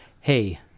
hey